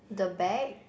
the bag